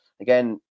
Again